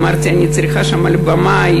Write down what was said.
אמרתי שאני צריכה שם על הבמה,